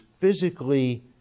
physically